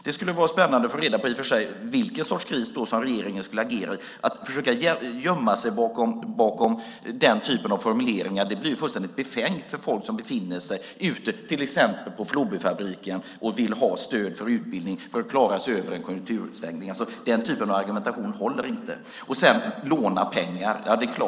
Det skulle vara spännande att få reda på i vilken sorts kris regeringen skulle agera. Att gömma sig bakom den typen av formuleringar blir fullständigt befängt för folk som befinner sig på till exempel Flobyfabriken och vill ha stöd för utbildning för att klara sig över konjunktursvängningen. Den typen av argumentation håller inte.